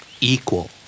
equal